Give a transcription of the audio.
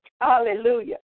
Hallelujah